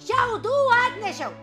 šiaudų atnešiau